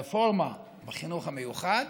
ככל יכולתו כדי להבטיח שהרפורמה הזאת תיושם הלכה למעשה.